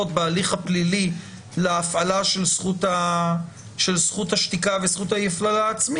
בהליך הפלילי להפעלה של זכות השתיקה וזכות ההפללה העצמית,